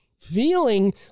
feeling